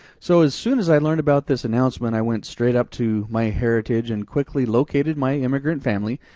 so as soon as i learned about this announcement i went straight up to my heritage and quickly located my immigrant family.